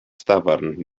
dafarn